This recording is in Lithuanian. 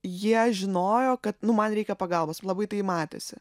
jie žinojo kad nu man reikia pagalbos labai tai matėsi